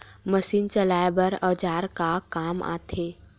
Machine चलाए बर औजार का काम आथे?